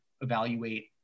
evaluate